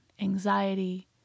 anxiety